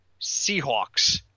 Seahawks